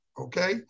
Okay